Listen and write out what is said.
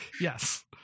yes